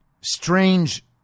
strange